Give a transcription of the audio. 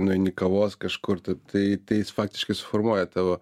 nueini kavos kažkur tai tai tai jis faktiškai suformuoja tavo